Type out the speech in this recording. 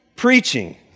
Preaching